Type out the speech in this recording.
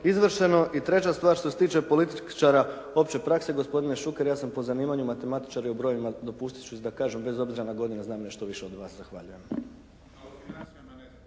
izvršeno. I treća stvar, što se tiče političara opće prakse gospodine Šuker ja sam po zanimanju matematičar i o brojevima dopustit ću si da kažem bez obzira na godine da znam nešto više od vas. Zahvaljujem.